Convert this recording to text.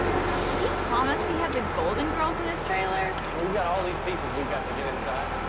did he promise he had the golden girls in his trailer we've got all these pieces we've got to get inside